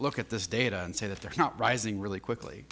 look at this data and say that they're not rising really quickly